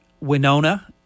Winona